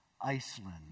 Iceland